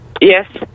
Yes